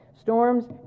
Storms